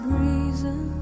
reason